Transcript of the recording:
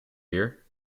here